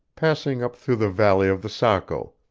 passing up through the valley of the saco,